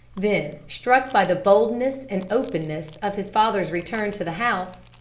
then, struck by the boldness and openness of his father's return to the house,